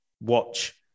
watch